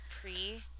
pre